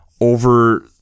over